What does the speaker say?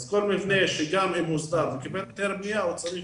אז כל מבנה שגם הוא הוסדר בהיתר בנייה הוא צריך